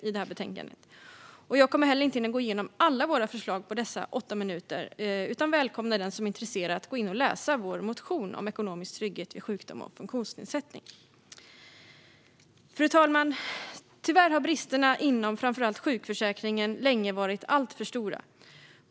Jag kommer heller inte att hinna gå igenom alla våra förslag på dessa åtta minuter utan välkomnar den som är intresserad att gå in och läsa vår motion om ekonomisk trygghet vid sjukdom och funktionsnedsättning. Fru talman! Tyvärr har bristerna inom framför allt sjukförsäkringen länge varit alltför stora.